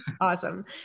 Awesome